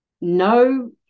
no